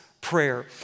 Prayer